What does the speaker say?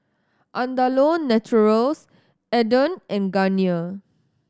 Andalou Naturals Aden and Garnier